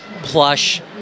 plush